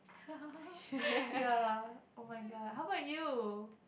ya oh-my-god how about you